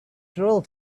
trivial